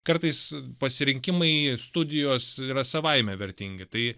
kartais pasirinkimai studijos yra savaime vertingi tai